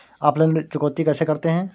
Offline ऋण चुकौती कैसे करते हैं?